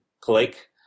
click